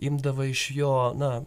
imdavo iš jo na